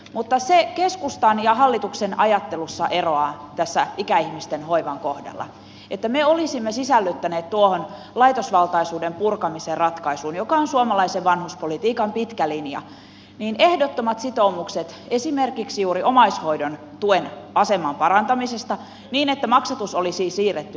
mutta se keskustan ja hallituksen ajattelussa eroaa tässä ikäihmisten hoivan kohdalla että me olisimme sisällyttäneet tuohon laitosvaltaisuuden purkamisen ratkaisuun joka on suomalaisen vanhuspolitiikan pitkä linja ehdottomat sitoumukset esimerkiksi juuri omaishoidon tuen aseman parantamisesta niin että maksatus olisi siirretty kelalle